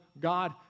God